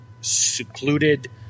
secluded